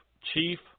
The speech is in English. chief